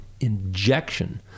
injection